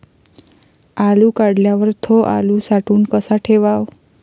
आलू काढल्यावर थो आलू साठवून कसा ठेवाव?